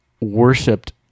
worshipped